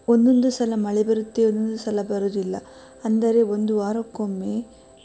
ಒಂದೊಂದು ಸಲ ಮಳೆ ಬರುತ್ತೆ ಒಂದೊಂದು ಸಲ ಬರೋದಿಲ್ಲ ಅಂದರೆ ಒಂದು ವಾರಕ್ಕೊಮ್ಮೆ